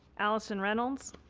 allison reynolds.